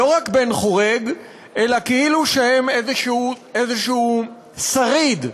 לא רק בן חורג אלא כאילו שהן איזשהו שריד,